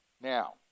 now